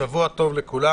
בוקר טוב, שבוע טוב לכולם,